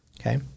Okay